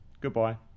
Goodbye